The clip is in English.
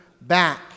back